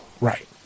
right